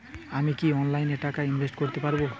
আমি কি অনলাইনে টাকা ইনভেস্ট করতে পারবো?